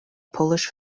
polish